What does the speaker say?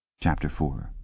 chapter four